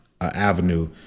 avenue